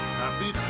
happy